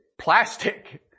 plastic